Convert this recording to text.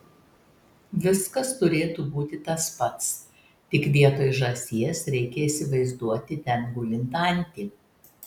viskas turėtų būti tas pats tik vietoj žąsies reikia įsivaizduoti ten gulint antį